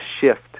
shift